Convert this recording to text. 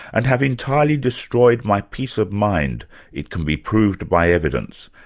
and have entirely destroyed my peace of mind it can be proved by evidence.